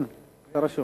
כן, אתה רשום.